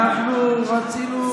למה שלא, אנחנו רצינו,